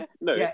no